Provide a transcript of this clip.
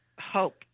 hope